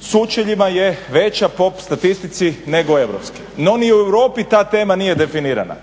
sučeljima je veća po statistici nego europska no ni u Europi ta tema nije definirana.